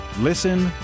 Listen